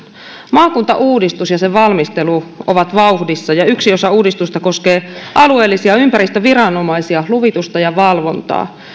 maakuntauudistus ja sen valmistelu ovat vauhdissa ja yksi osa uudistusta koskee alueellisia ympäristöviranomaisia luvitusta ja valvontaa